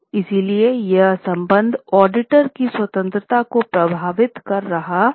इसलिए यह संबंध ऑडिटर की स्वतंत्रता को प्रभावित कर रहा था